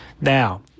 Now